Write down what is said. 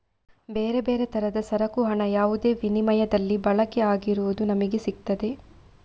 ಬೇರೆ ಬೇರೆ ತರದ ಸರಕು ಹಣ ಯಾವುದೇ ವಿನಿಮಯದಲ್ಲಿ ಬಳಕೆ ಆಗಿರುವುದು ನಮಿಗೆ ಸಿಗ್ತದೆ